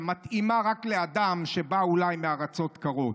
שמתאימה רק לאדם שבא אולי מארצות קרות.